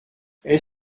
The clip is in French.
est